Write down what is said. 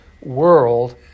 world